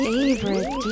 Favorite